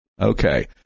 Okay